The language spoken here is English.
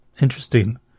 interesting